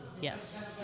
Yes